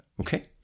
Okay